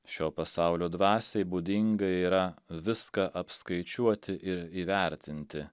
šio pasaulio dvasiai būdinga yra viską apskaičiuoti ir įvertinti